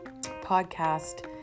podcast